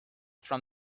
from